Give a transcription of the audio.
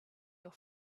your